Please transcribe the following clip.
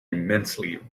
immensely